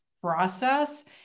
process